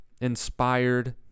inspired